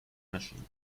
machine